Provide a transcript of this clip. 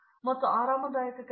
ಪ್ರತಾಪ್ ಹರಿಡೋಸ್ ಆರಾಮದಾಯಕ